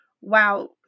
wow